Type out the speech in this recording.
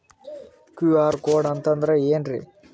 QR code ಅಂತಂದ್ರ ಏನ್ರೀ?